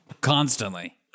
Constantly